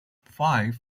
five